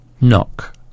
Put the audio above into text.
knock